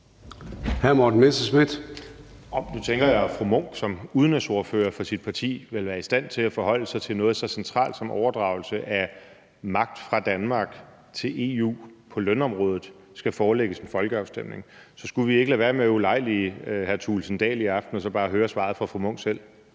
Nu tænker jeg, at fru Charlotte Munch som udenrigsordfører for sit parti vel er i stand til at forholde sig til noget så centralt som, om overdragelse af magt fra Danmark til EU på lønområdet skal forelægges til en folkeafstemning. Så skulle vi ikke lade være med at ulejlige hr. Jens Henrik Thulesen Dahl i aften og så bare høre svaret fra fru Charlotte